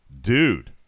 dude